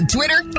Twitter